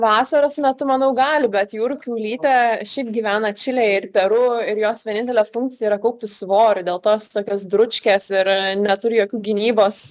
vasaros metu manau gali bet jūrų kiaulytė šiaip gyvena čilėj ir peru ir jos vienintelė funkcija yra kaupti svorį dėl to jos tokios dručkės ir neturi jokių gynybos